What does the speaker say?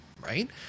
right